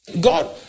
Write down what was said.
God